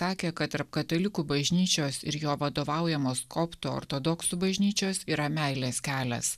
sakė kad tarp katalikų bažnyčios ir jo vadovaujamos koptų ortodoksų bažnyčios yra meilės kelias